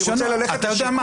אני רוצה ללכת לשיקום,